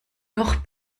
noch